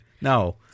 no